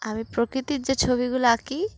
আমি প্রকৃতির যে ছবিগুলো আঁকি